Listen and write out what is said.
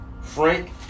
Frank